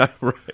Right